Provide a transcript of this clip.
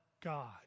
God